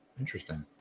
interesting